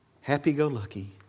happy-go-lucky